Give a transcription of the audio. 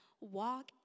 walk